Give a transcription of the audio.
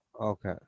okay